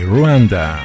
Rwanda